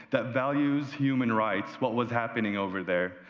that values human rights, what was happening over there.